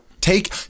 Take